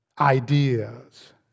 ideas